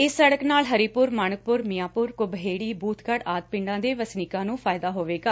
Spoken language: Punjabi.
ਇਸ ਸੜਕ ਨਾਲ ਹਰੀਪੁਰ ਮਾਣਕਪੁਰ ਮੀਆਂਪੁਰ ਕੁਬਹੇੜੀ ਬੁਬਗੜ ਆਦਿ ਪਿੰਡਾਂ ਦੇ ਵਸਨੀਕਾਂ ਨੂੰ ਫਾਇਦਾ ਹੋਵੇਗਾ